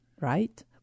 right